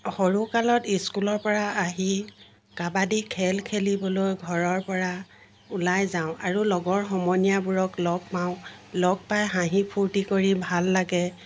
সৰু কালত স্কুল পৰা আহি কাবাডি খেল খেলিবলৈ ঘৰৰ পৰা ওলাই যাওঁ আৰু লগৰ সমনীয়াবোৰক লগ পাওঁ লগ পাই হাঁহি ফূৰ্তি কৰি ভাল লাগে